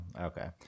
Okay